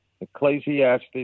Ecclesiastes